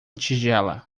tigela